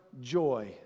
joy